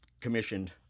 commissioned